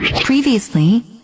Previously